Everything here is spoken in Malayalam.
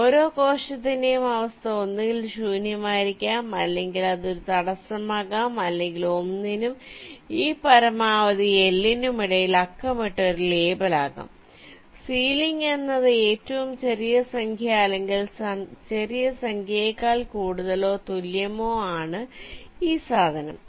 ഓരോ കോശത്തിന്റെയും അവസ്ഥ ഒന്നുകിൽ ശൂന്യമായിരിക്കാം അല്ലെങ്കിൽ അത് ഒരു തടസ്സമാകാം അല്ലെങ്കിൽ 1 നും ഈ പരമാവധി L നും ഇടയിൽ അക്കമിട്ട ഒരു ലേബൽ ആകാം സീലിംഗ് എന്നത് ഏറ്റവും ചെറിയ സംഖ്യ അല്ലെങ്കിൽ ചെറിയ സംഖ്യയെക്കാൾ കൂടുതലോ തുല്യമോ ആണ് ഈ സാധനം